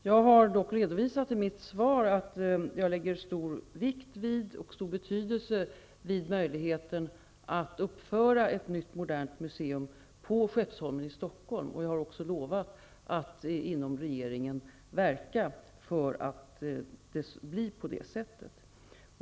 Jag har i mitt svar redovisat att jag lägger stor vikt och betydelse vid möjligheten att uppföra ett nytt modernt museum på Skeppsholmen i Stockholm. Jag har också lovat att inom regeringen verka för att det blir på det sättet.